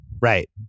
Right